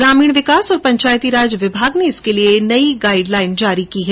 ग्रामीण विकास और पंचायती राज विभाग ने इसके लिये नई गाइडलाईन जारी की है